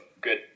good